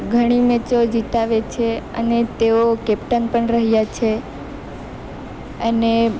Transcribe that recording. ઘણી મેચો જીતાડે છે અને તેઓ કેપ્ટન પણ રહ્યા છે અને